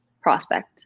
prospect